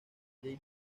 jake